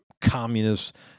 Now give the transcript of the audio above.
communist